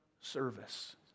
service